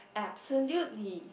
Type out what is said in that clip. absolutely